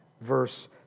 verse